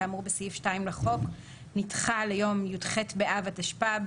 יום התחילה כאמור בסעיף 2 לחוק נדחה ליום י"ח באב התשפ"ב